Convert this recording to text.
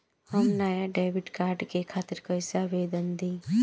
हम नया debit card के खातिर कइसे आवेदन दीं?